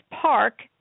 Park